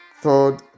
third